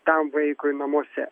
tam vaikui namuose